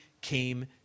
came